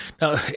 Now